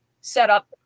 setup